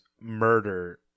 murder